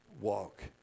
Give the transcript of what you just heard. Walk